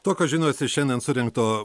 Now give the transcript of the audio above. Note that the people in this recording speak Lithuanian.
tokios žinos iš šiandien surinkto